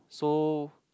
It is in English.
so